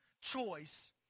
choice